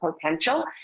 potential